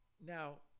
Now